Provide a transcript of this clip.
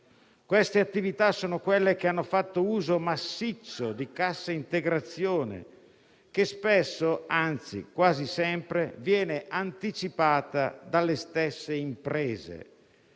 Queste attività sono quelle che hanno fatto uso massiccio di cassa integrazione, che spesso - anzi, quasi sempre - viene anticipata dalle stesse imprese.